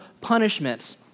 punishment